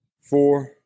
four